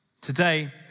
Today